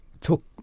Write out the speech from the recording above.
took